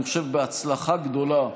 אני חושב שבהצלחה גדולה,